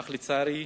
אך לצערי,